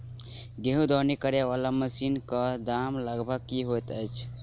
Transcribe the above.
गेंहूँ दौनी करै वला मशीन कऽ दाम लगभग की होइत अछि?